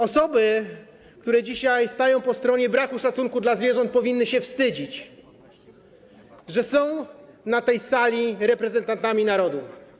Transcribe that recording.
Osoby, które dzisiaj stają po stronie braku szacunku dla zwierząt, powinny się wstydzić, że są na tej sali reprezentantami narodu.